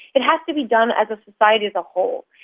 it has to be done as a society as a whole.